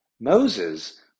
Moses